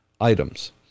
items